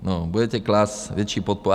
No, budete klást větší podporu.